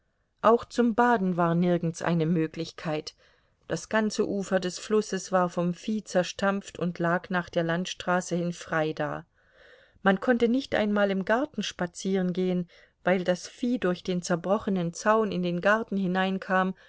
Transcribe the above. auch zum baden war nirgends eine möglichkeit das ganze ufer des flusses war vom vieh zerstampft und lag nach der landstraße hin frei da man konnte nicht einmal im garten spazierengehen weil das vieh durch den zerbrochenen zaun in den garten hineinkam